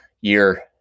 year